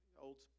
old